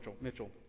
Mitchell